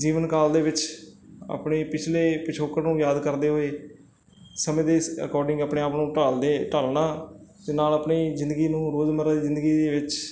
ਜੀਵਨ ਕਾਲ ਦੇ ਵਿੱਚ ਆਪਣੇ ਪਿਛਲੇ ਪਿਛੋਕੜ ਨੂੰ ਯਾਦ ਕਰਦੇ ਹੋਏ ਸਮੇਂ ਦੇ ਸ ਅਕੋਰਡਿੰਗ ਆਪਣੇ ਆਪ ਨੂੰ ਢਾਲਦੇ ਢਾਲਣਾ ਅਤੇ ਨਾਲ ਆਪਣੀ ਜ਼ਿੰਦਗੀ ਨੂੰ ਰੋਜ਼ਮਰਾ ਦੀ ਜ਼ਿੰਦਗੀ ਵਿੱਚ